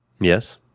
Yes